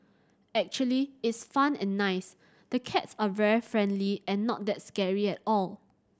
actually it's fun and nice the cats are very friendly and not that scary at all